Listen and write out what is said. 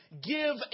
give